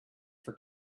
for